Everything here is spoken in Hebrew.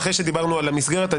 אחרי שדיברנו על המסגרת,